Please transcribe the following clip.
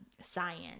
science